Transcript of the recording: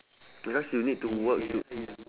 because you need to work to